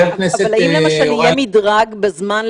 אם למשל יהיה מדרג בזמן,